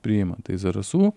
priima tai zarasų